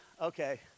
okay